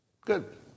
Good